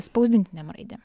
spausdintinėm raidėm